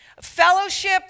fellowship